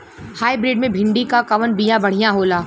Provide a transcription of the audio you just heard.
Hybrid मे भिंडी क कवन बिया बढ़ियां होला?